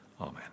Amen